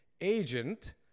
agent